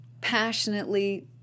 passionately